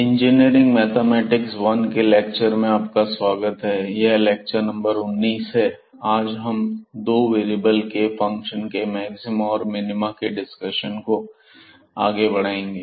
engineering mathematics one के lecture में आपका स्वागत है यह लेक्चर नंबर 19 है और आज हम दो वेरिएबल के फंक्शन के मैक्सिमा और मिनिमा के डिस्कशन को आगे बढ़ाएंगे